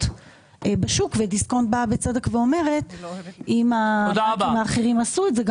בשוק ודיסקונט בא בצדק ואומר שאם האחרים עשו את זה,